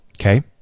Okay